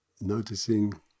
noticing